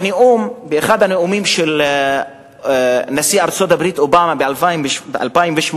באחד הנאומים של נשיא ארצות-הברית אובמה ב-2008,